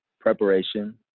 preparation